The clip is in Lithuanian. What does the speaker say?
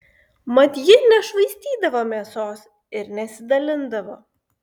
mat ji nešvaistydavo mėsos ir nesidalindavo